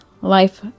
life